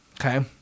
Okay